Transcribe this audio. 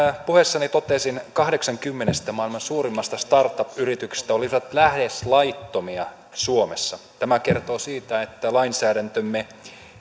puheessani totesin kahdeksan kymmenestä maailman suurimmasta start up yrityksestä olisivat lähes laittomia suomessa tämä kertoo siitä että lainsäädäntömme